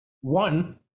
one